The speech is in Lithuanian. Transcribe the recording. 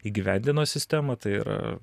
įgyvendino sistemą tai yra